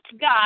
God